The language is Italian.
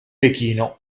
pechino